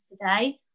today